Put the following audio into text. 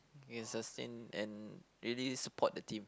he can sustain and really support the team